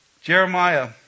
Jeremiah